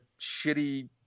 shitty